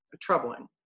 troubling